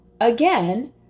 again